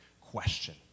question